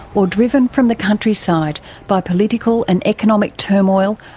or driven from the countryside by political and economic turmoil,